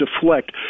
deflect